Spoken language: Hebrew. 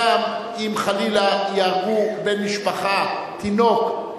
גם אם חלילה יהרגו בן משפחה תינוק,